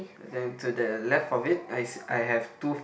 and then to the left of it I s~ I have two